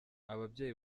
ababyeyi